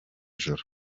joro